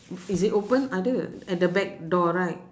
is it open ada at the back door right